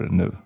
nu